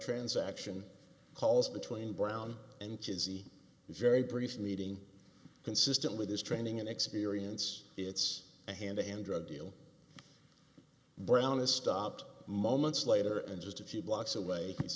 transaction calls between brown and the very brief meeting consistent with his training and experience it's a hand to hand drug deal brown has stopped moments later and just a few blocks away